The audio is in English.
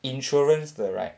insurance 的 right